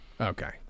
Okay